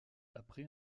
après